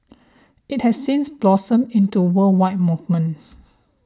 it has since blossomed into worldwide movement